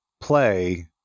play